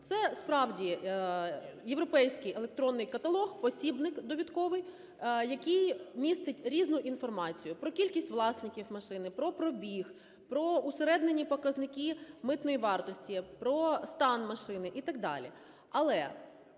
Це справді європейський електронний каталог-посібник довідковий, який містить різну інформацію про кількість власників машини, про пробіг, про усереднені показники митної вартості, про стан машини і так далі.